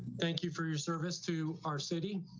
thank you for your service to our city.